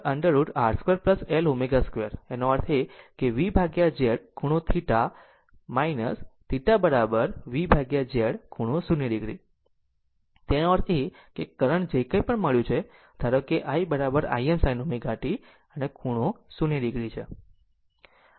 Z √ over R 2 L ω 2 આમ તેનો અર્થ એ કે V Z ખૂણો θ θ V Z ખૂણો 0 o તેનો અર્થ કરંટ જે કંઇ પણ મળ્યું છે ધારો કે i Im sin ω t ખૂણો 0 o છે